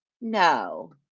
No